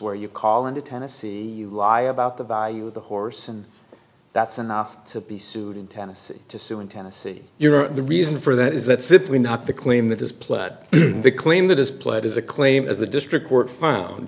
where you call in to tennessee lie about the value of the horse and that's enough to be sued in tennessee to sue in tennessee your the reason for that is that simply not the claim that is pled the claim that is played is a claim as the district court found